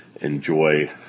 enjoy